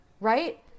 Right